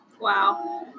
Wow